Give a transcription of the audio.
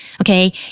Okay